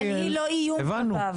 אבל היא לא איום כלפיו.